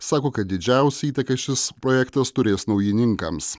sako kad didžiausią įtaką šis projektas turės naujininkams